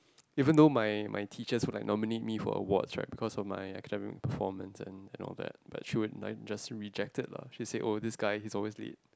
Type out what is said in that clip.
even though my my teachers would like nominate me for awards right because of my academics performance and and all but she would like just reject it lah she said oh this guy he's always late